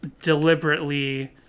deliberately